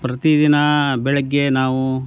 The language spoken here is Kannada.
ಪ್ರತಿದಿನ ಬೆಳಿಗ್ಗೆ ನಾವು